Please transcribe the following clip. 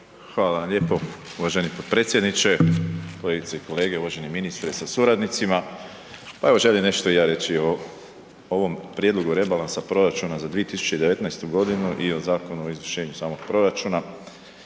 Hvala vam lijepo uvaženi potpredsjedniče. Kolegice i kolege, uvaženi ministre sa suradnicima, pa evo želim nešto i ja reći o ovom prijedlogu rebalansa proračuna za 2019. godinu i o Zakonu o izvršenju samog proračuna